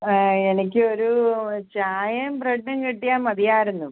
ആ എനിക്ക് ഒരൂ ചായയും ബ്രെഡും കിട്ടിയാൽ മതിയായിരുന്നു